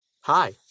hi